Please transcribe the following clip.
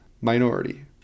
minority